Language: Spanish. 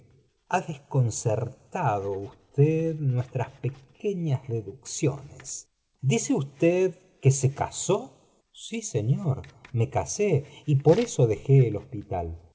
ha desconcertado usted núestras pequeñas deducciones dice usted que se casó si señor me casé y por eso dejé el hospital